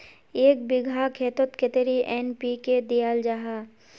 एक बिगहा खेतोत कतेरी एन.पी.के दियाल जहा?